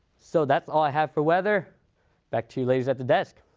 so that's all i have for weather back to you ladies at the desk.